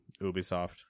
Ubisoft